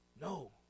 No